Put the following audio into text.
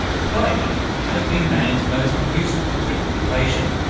play has been man's most useful preoccupation.